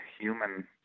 human